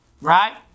right